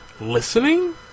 Listening